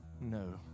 No